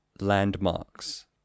landmarks